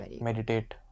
meditate